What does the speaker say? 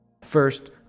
First